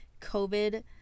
COVID